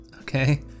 okay